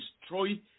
destroy